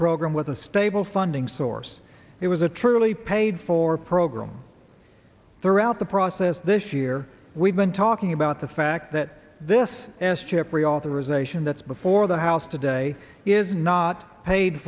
program with a stable funding source it was a truly paid for program throughout the process this year we've been talking about the fact that this s chip reauthorization that's before the house today is not paid